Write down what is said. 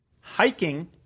Hiking